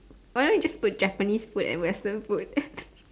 why not you just put Japanese food and Western food